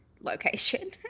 location